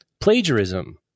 plagiarism